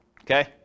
Okay